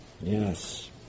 Yes